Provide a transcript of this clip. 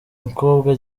mukobwa